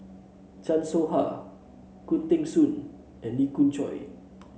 Chan Soh Ha Khoo Teng Soon and Lee Khoon Choy